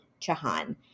Chahan